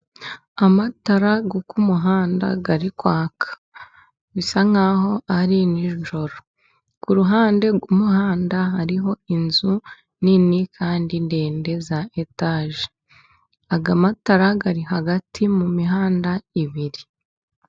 Amatara yo ku muhanda ari kwaka. Bisa nk'aho ari nijoro. Ku ruhande rw'umuhanda hariho inzu nini kandi ndende za etaje. Aya matara ari hagati mu mihanda ibiri.